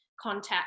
contact